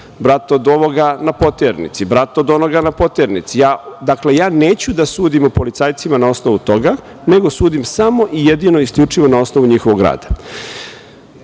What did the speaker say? brat od ovoga na poternici, brat od onoga na poternici. Dakle, ja neću da sudim o policajcima na osnovu toga, nego sudim samo i jedino isključivo na osnovu njihovog rada.